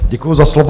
Děkuji za slovo.